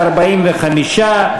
45,